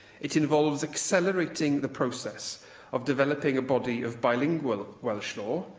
it involves accelerating the process of developing a body of bilingual welsh law,